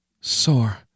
Sore